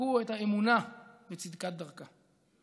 ושחקו את האמונה בצדקת דרכם.